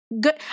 good